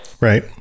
Right